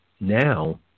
Now